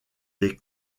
des